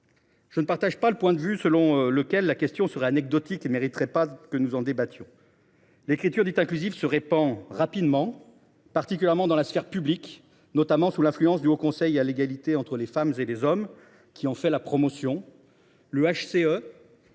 Je ne partage pas le point de vue selon lequel la question serait anecdotique et ne mériterait pas que nous en débattions : l’écriture dite inclusive se répand rapidement, particulièrement dans la sphère publique, notamment sous l’influence du Haut Conseil à l’égalité entre les femmes et les hommes (HCE), qui en fait la promotion. Le HCE,